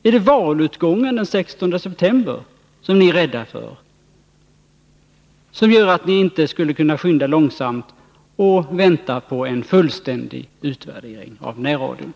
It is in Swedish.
Är det valutgången den 19 september som ni är rädda för, som gör att ni inte skulle kunna skynda långsamt och vänta på en fullständig utvärdering av närradion?